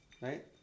Right